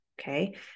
okay